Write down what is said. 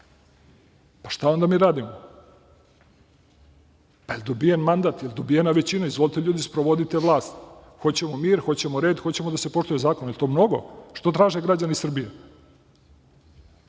Šta onda mi radimo? Jel dobijen mandat, jel dobijena većina? Izvolite, ljudi, sprovodite vlast. Hoćemo mir, hoćemo red, hoćemo da se poštuje zakon. Da li je to mnogo što traže građani Srbije?